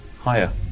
higher